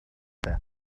death